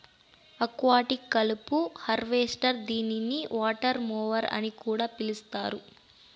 aquatic కలుపు harvester దీనిని water mower అని కూడా పిలుస్తారు